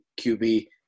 QB